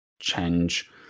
change